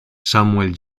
samuel